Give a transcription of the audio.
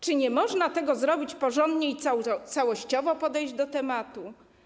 Czy nie można tego zrobić porządnie i całościowo podejść do tematu?